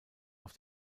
auf